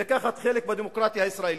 מלקחת חלק בדמוקרטיה הישראלית.